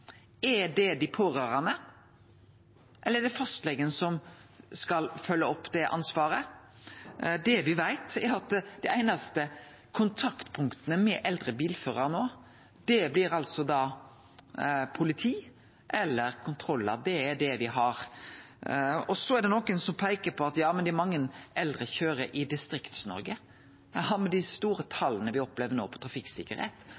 Er det dei pårørande, eller er det fastlegen som skal følgje opp det ansvaret? Det me veit, er at dei einaste kontaktpunkta med eldre bilførarar da blir politi eller kontrollar. Det er det me har. Så er det nokre som peiker på at mange eldre køyrer i Distrikts-Noreg. Ja, men i dei store tala me opplever på trafikksikkerheit no, er det jo meir alvorlege tal i